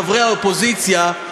חברי האופוזיציה,